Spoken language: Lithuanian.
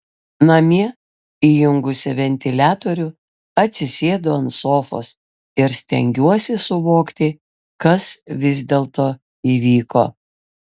namie įjungusi ventiliatorių atsisėdu ant sofos ir stengiuosi suvokti kas vis dėlto įvyko